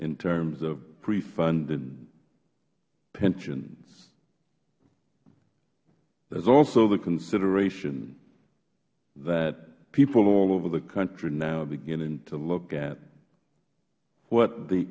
in terms of prefunding pensions there is also the consideration that people all over the country now are beginning to look at what the